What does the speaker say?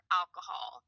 alcohol